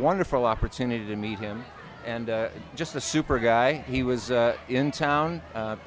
wonderful opportunity to meet him and just a super guy he was in town